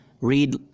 read